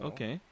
Okay